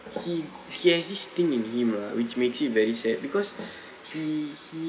he he has this thing in him ah which makes it very sad because he he